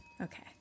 Okay